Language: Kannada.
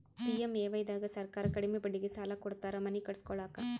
ಪಿ.ಎಮ್.ಎ.ವೈ ದಾಗ ಸರ್ಕಾರ ಕಡಿಮಿ ಬಡ್ಡಿಗೆ ಸಾಲ ಕೊಡ್ತಾರ ಮನಿ ಕಟ್ಸ್ಕೊಲಾಕ